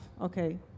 Okay